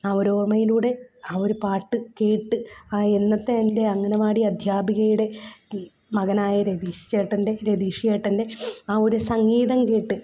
ആ ഒരു ഓർമ്മയിലൂടെ ആ ഒരു പാട്ട് കേട്ട് ആ ഇന്നത്തെ എൻ്റെ അംഗനവാടി അധ്യാപികയുടെ മകനായ രതീഷ് ചേട്ടൻ്റെ രതീഷ് ചേട്ടൻ്റെ ആ ഒരു സംഗീതം കേട്ട്